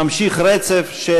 ממשיך רצף זה,